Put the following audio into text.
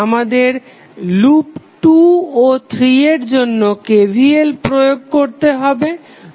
আমাদের লুপ 2 ও 3 এর জন্য KVL প্রয়োগ করতে হবে